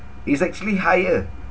is actually higher